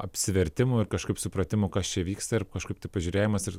apsivertimų ir kažkaip supratimo kas čia vyksta ir kažkaip tai pažiūrėjimas ir